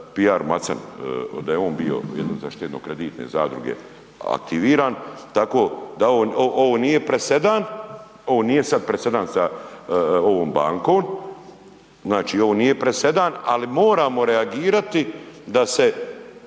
da je on bio, ja mislim da je štedno-kreditne zadruge aktiviran, tako da ovo nije presedan, ovo nije sad presedan sa ovom bankom, znači ovo nije presedan, ali moramo reagirati da se